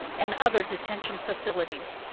and other detention facilities.